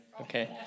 Okay